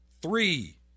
Three